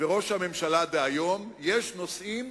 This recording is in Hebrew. וראש הממשלה דהיום, יש נושאים